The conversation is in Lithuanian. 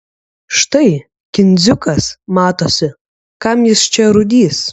štai kindziukas matosi kam jis čia rūdys